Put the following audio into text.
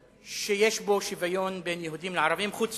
שיש בו שוויון בין יהודים לערבים, חוץ